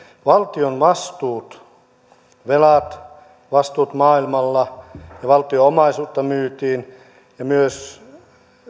valtion vastuut velat vastuut maailmalla ja valtion omaisuutta myytiin ja myös